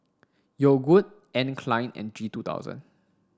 Yogood Anne Klein and G Two thousand